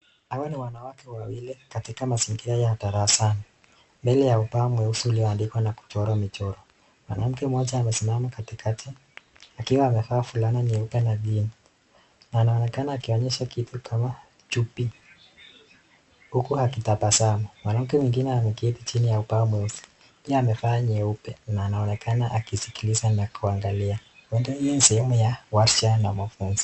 Hawa ni wanawake wawili katika mazingira ya darasani mbele ya ubao mweusi ulioandikwa na kuchorwa michoro, mwanamke moja amesimama katikati akiwa amevaa fulana nyeupe na jeans anaonekana akionyesha kitu kama chupi huku akitabasamu, mwanamke mwingine ameketi chini ya ubao mweusi pia amevaa nyeupe na anaonekana akisikiliza na kuangalia huenda hii ni sehemu ya warsha au mafunzo.